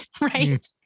right